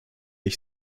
ich